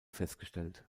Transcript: festgestellt